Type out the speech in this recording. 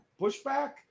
Pushback